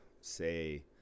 say